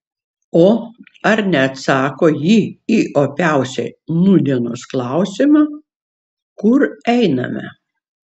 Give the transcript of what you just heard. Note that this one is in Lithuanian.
o ar neatsako ji į opiausią nūdienos klausimą kur einame